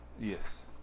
yes